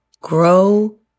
grow